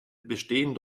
bestehen